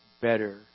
better